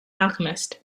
alchemists